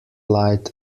light